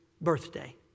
birthday